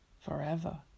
forever